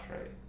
right